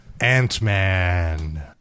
Ant-Man